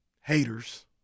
haters